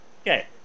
Okay